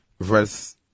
verse